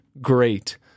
great